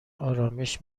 آرامش